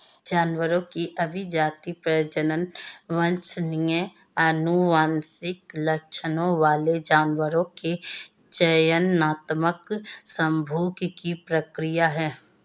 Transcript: जानवरों की अभिजाती, प्रजनन वांछनीय आनुवंशिक लक्षणों वाले जानवरों के चयनात्मक संभोग की प्रक्रिया है